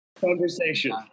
Conversation